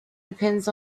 depends